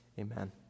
amen